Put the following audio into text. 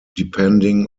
depending